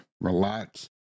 relax